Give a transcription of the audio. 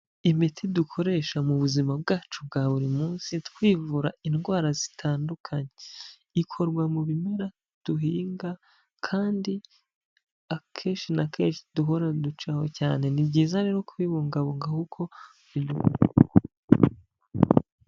Imiti dukoresha mu buzima bwacu bwa buri munsi twivura indwara zitandukanye; ikorwa mu bimera duhinga kandi akenshi na kenshi duhora ducaho cyane; ni byiza rero kubibungabunga kuko birimo umuti.